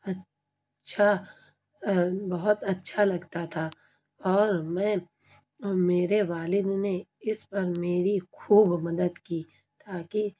اچھا بہت اچھا لگتا تھا اور میں میرے والد نے اس پر میری خوب مدد کی تاکہ